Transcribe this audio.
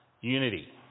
unity